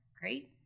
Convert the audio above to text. great